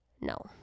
No